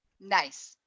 Nice